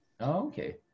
Okay